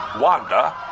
Wanda